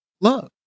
love